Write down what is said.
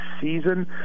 season